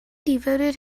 devoted